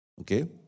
Okay